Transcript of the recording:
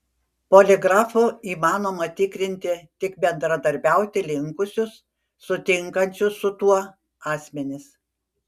poligrafu įmanoma tikrinti tik bendradarbiauti linkusius sutinkančius su tuo asmenis